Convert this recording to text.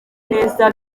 neza